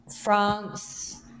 France